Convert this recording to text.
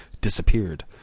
disappeared